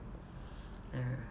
ah